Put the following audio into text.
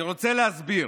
אני רוצה להסביר: